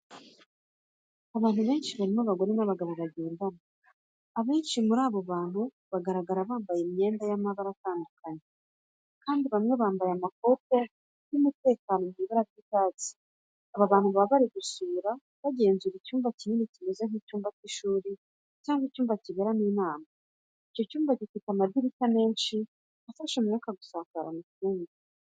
Abantu benshi barimo abagore n'abagabo bagendana. Abenshi muri abo bantu bagaragara bambaye imyenda y'amabara atandukanye, kandi bamwe bambaye amakoti y'umutekano mu ibara ry'icyatsi. Aba bantu bari gusura, bagenzura icyumba kinini kimeze nk'icyumba cy'ishuri cyangwa icyumba kiberamo inama. Icyo cyumba gifite amadirishya menshi afasha umwuka gusakara mu cyumba.